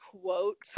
quotes